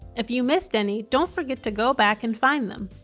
if you missed any, don't forget to go back and find them.